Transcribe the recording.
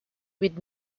with